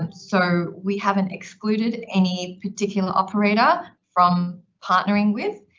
um so we haven't excluded any particular operator from partnering with,